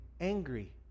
angry